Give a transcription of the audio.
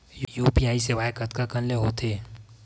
UPI सेवाएं कतका कान ले हो थे?